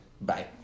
Bye